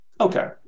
Okay